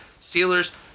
Steelers